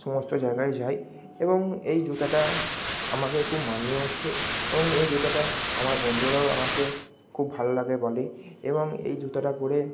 সমস্ত জায়গায় যাই এবং এই জুতাটা আমাকে খুব মানিয়েওছে এবং এই জুতাটা আমার বন্ধুরাও আমাকে খুব ভালো লাগে বলে এবং এই জুতোটা পরে